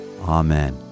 Amen